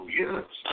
yes